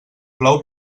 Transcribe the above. plou